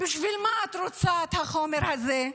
בשביל מה את רוצה את החומר הזה?